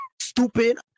Stupid